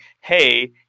hey